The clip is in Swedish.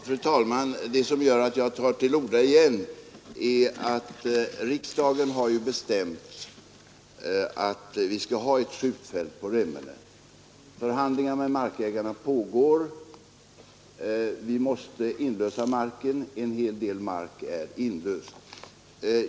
Fru talman! Anledningen till att jag tar till orda igen är att riksdagen har bestämt att vi skall ha ett skjutfält på Remmene. Förhandlingar med markägarna pågår. Vi måste inlösa marken — och en hel del är redan inlöst.